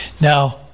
Now